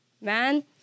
man